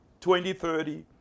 2030